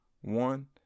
one